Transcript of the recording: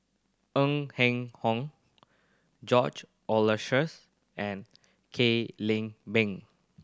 Ng Eng Hen George Oehlers and Kwek Leng Beng